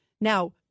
Now